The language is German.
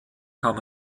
kam